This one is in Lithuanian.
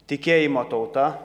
tikėjimo tauta